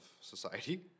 society